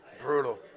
Brutal